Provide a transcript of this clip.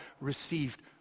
received